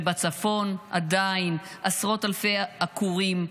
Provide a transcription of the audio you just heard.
ובצפון, עדיין עשרות אלפי עקורים,